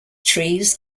trees